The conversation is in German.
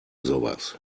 sowas